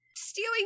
stealing